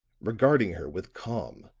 regarding her with calm,